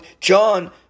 John